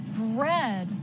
bread